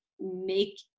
Make